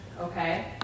Okay